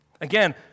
Again